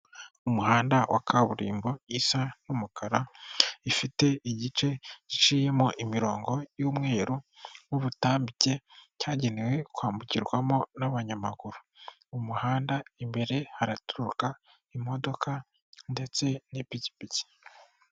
Umuhanda wa kaburimbo isa n'umukara ifite igice giciyemo imirongo y'umweru y'ubutambike cyagenewe kwambukirwamo n'abanyamaguru, umuhanda imbere haraturuka imodoka ndetse n'ipikipiki.